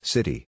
City